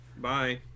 Bye